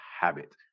habit